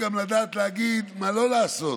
אין בו מחלות,